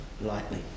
lightly